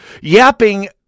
yapping